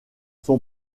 son